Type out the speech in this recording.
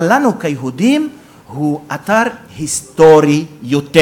אבל לנו כיהודים הוא אתר היסטורי יותר.